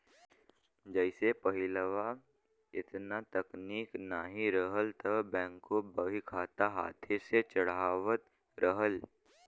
जइसे पहिलवा एतना तकनीक नाहीं रहल त बैंकों बहीखाता हाथे से चढ़ावत रहल